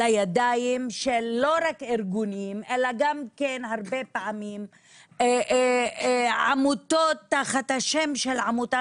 לידיים של לא רק ארגונים אלא גם כן הרבה פעמים עמותות תחת השם של עמותה,